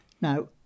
Now